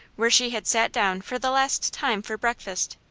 where she had sat down for the last time for breakfast.